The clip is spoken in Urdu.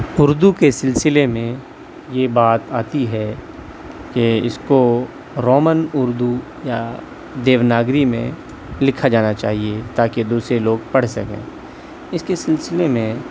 اردو کے سلسلے میں یہ بات آتی ہے کہ اس کو رومن اردو یا دیوناگری میں لکھا جانا چاہیے تا کہ دوسرے لوگ پڑھ سکیں اس کے سلسلے میں